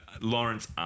Lawrence